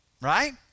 right